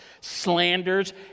slanders